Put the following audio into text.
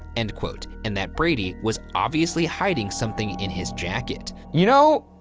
and and that brady was obviously hiding something in his jacket. you know,